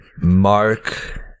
Mark